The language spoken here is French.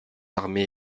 armées